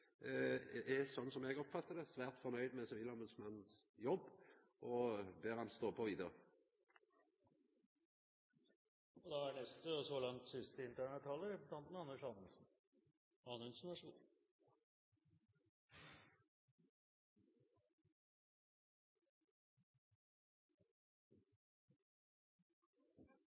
er, sånn som eg oppfattar det, svært fornøgd med Sivilombodsmannens jobb og ber han stå på vidare. Som saksordføreren redegjorde for, er